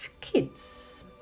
kids